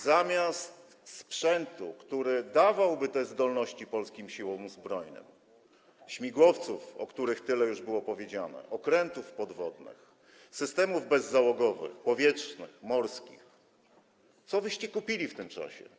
Zamiast sprzętu, który dawałby te zdolności polskim Siłom Zbrojnym, śmigłowców, o których tyle już było powiedziane, okrętów podwodnych, systemów bezzałogowych, powietrznych, morskich, co wyście kupili w tym czasie?